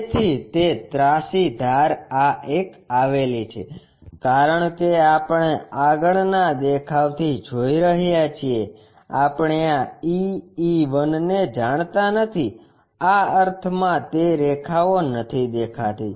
તેથી તે ત્રાસી ધાર આ એક આવેલી છે કારણ કે આપણે આગળના દેખાવથી જોઈ રહ્યા છીએ આપણે આ E E 1 ને જાણતા નથી આ અર્થમાં તે રેખાઓ નથી દેખાતી